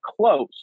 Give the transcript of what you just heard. close